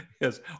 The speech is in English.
Yes